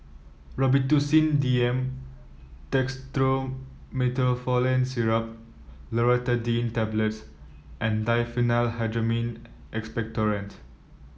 Robitussin D M Dextromethorphan Syrup Loratadine Tablets and Diphenhydramine Expectorant